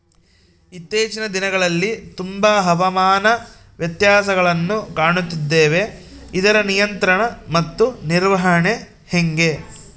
ಇತ್ತೇಚಿನ ದಿನಗಳಲ್ಲಿ ತುಂಬಾ ಹವಾಮಾನ ವ್ಯತ್ಯಾಸಗಳನ್ನು ಕಾಣುತ್ತಿದ್ದೇವೆ ಇದರ ನಿಯಂತ್ರಣ ಮತ್ತು ನಿರ್ವಹಣೆ ಹೆಂಗೆ?